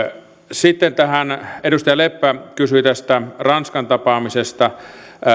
sitten edustaja leppä kysyi tästä ranskan tapaamisesta